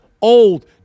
old